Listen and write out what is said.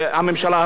לסיום, בבקשה.